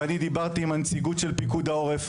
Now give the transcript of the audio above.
ואני דיברתי עם הנציגות של פיקוד העורף,